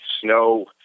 snow